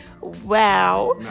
Wow